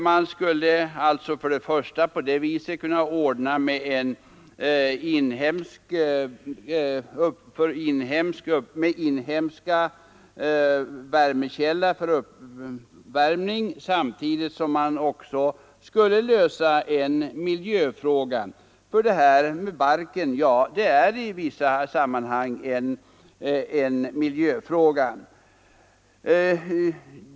Man skulle alltså kunna utnyttja en inhemsk värmekälla och samtidigt lösa en miljöfråga, eftersom problemet med barken i vissa sammanhang är en miljöfråga.